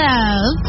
Love